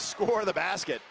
score the basket